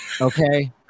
Okay